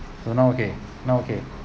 then now okay now okay